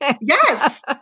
Yes